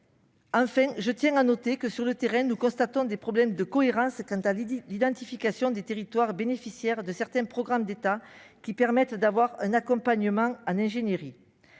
Enfin, je tiens à souligner que, sur le terrain, nous constatons des problèmes de cohérence quant à l'identification des territoires bénéficiaires de certains programmes d'État offrant un accompagnement en ingénierie.